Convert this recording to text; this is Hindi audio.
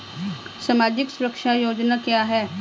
सामाजिक सुरक्षा योजना क्या है?